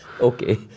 Okay